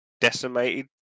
decimated